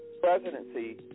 presidency